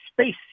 space